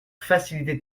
facilités